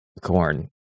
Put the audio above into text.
corn